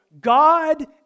God